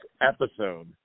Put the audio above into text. episode